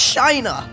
China